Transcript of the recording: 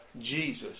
Jesus